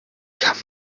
kann